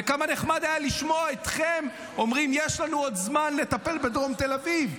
וכמה נחמד היה לשמוע אתכם אומרים: יש לנו עוד זמן לטפל בדרום תל אביב,